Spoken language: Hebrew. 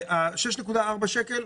6.4 שקלים,